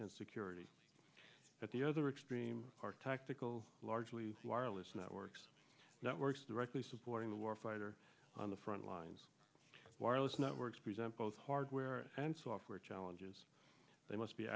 and security at the other extreme our tactical largely wireless networks networks directly supporting the warfighter on the front lines wireless networks present both hardware and software challenges they must be